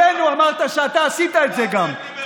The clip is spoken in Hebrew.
וכשהעלינו אמרת שאתה עשית את זה גם.